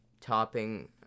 topping